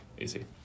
easy